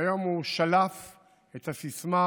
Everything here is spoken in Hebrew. והיום הוא שלף את הסיסמה: